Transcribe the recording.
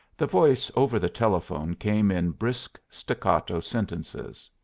the voice over the telephone came in brisk staccato sentences.